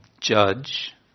judge